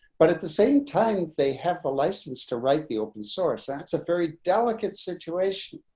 but at the same time they have a license to write the open source. that's a very delicate situation.